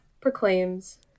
proclaims